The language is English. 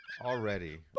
already